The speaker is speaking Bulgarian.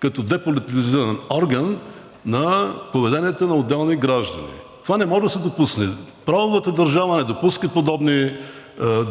като деполитизиран орган на поведението на отделни граждани. Това не може да се допусне. Правовата държава не допуска подобни